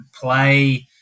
play